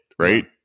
right